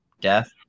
death